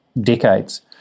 decades